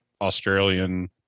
Australian